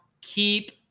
keep